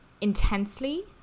intensely